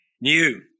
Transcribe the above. new